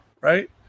right